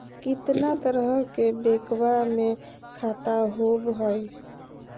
कितना तरह के बैंकवा में खाता होव हई?